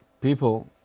people